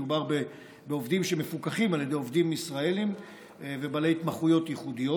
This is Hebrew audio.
מדובר בעובדים שמפוקחים על ידי עובדים ישראלים ובעלי התמחויות ייחודיות,